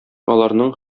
аларның